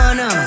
no